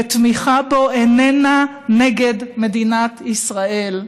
ותמיכה בו איננה נגד מדינת ישראל